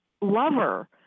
lover